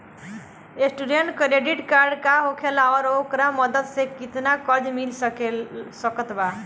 Student credit card का होखेला और ओकरा मदद से केतना कर्जा मिल सकत बा?